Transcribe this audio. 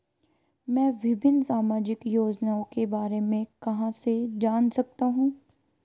मैं विभिन्न सामाजिक योजनाओं के बारे में कहां से जान सकता हूं?